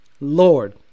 lord